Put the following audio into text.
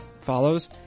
follows